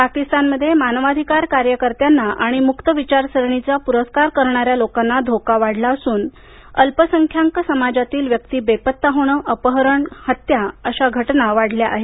पाकिस्तानमध्ये मानवाधिकार कार्यकर्त्यांना आणि मुक्त विचारसरणीचा पुरस्कार करणाऱ्या लोकांना धोका वाढला असून अल्पसंख्याक समाजातील व्यक्ति बेपत्ता होणं अपहरण हत्या यांच्या घटना वाढल्या आहेत